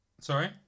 Sorry